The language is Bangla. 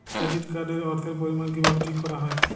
কেডিট কার্ড এর অর্থের পরিমান কিভাবে ঠিক করা হয়?